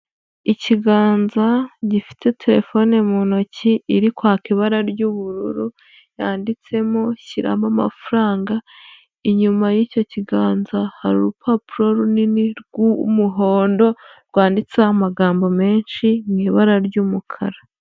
Ikiganza gifite terefone mu ntoki iri kwaka ibara ry'ubururu yanditsemo shyiramo amafaranga, inyuma y'icyo kiganza hari urupapuro runini rw'umuhondo rwanditseho amagambo menshi mu ibara ry'umukara.